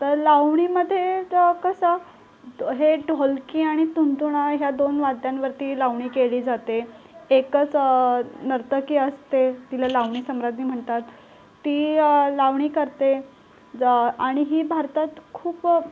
तर लावणीमध्ये तर कसं हे ढोलकी आणि तुणतुणं ह्या दोन वाद्यांवरती लावणी केली जाते एकच नर्तकी असते तिला लावणी सम्राज्ञी म्हणतात ती लावणी करते ज आणि ही भारतात खूप